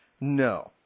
No